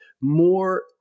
more